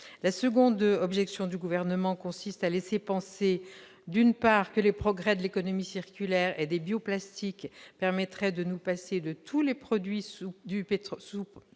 La seconde objection du Gouvernement consiste, d'une part, à laisser penser que les progrès de l'économie circulaire et des bioplastiques permettraient de nous passer de tous les sous-produits du pétrole